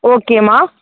okay அம்மா